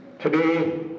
Today